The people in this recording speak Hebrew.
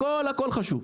הכול חשוב.